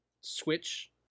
switch